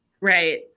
Right